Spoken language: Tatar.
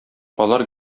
алар